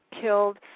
killed